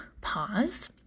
pause